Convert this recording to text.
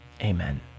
amen